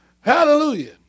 Hallelujah